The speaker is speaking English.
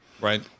Right